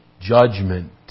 judgment